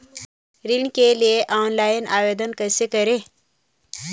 ऋण के लिए ऑनलाइन आवेदन कैसे करें?